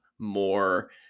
More